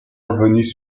revenus